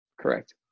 Correct